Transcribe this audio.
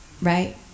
right